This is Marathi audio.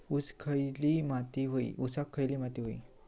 ऊसाक खयली माती व्हयी?